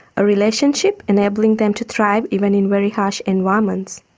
a relationship enabling them to thrive even in very harsh environments.